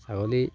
ছাগলী